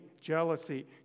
jealousy